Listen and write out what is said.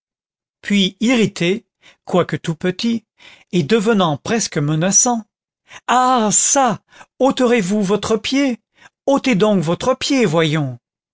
puis irrité quoique tout petit et devenant presque menaçant ah çà ôterez vous votre pied ôtez donc votre pied voyons